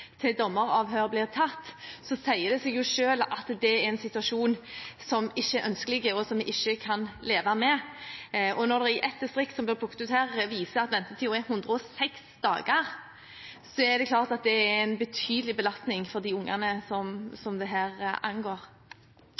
til dommeravhør blir tatt, sier det seg selv at dette er en situasjon som ikke er ønskelig, og som vi ikke kan leve med. Og når det i ett distrikt, som ble plukket ut her, viser seg at det er en ventetid på 106 dager, er det klart at det er en betydelig belastning for de ungene som dette angår.